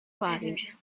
five